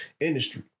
industry